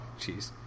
jeez